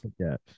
forget